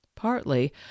partly